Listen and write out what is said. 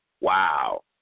wow